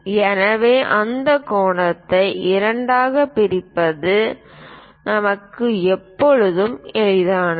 எனவே அந்த கோணத்தை இரண்டாகப் பிரிப்பது நமக்கு எப்போதும் எளிதானது